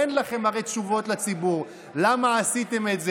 הרי אין לכם תשובות לציבור על השאלות למה עשיתם את זה,